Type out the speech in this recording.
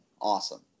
Awesome